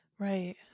Right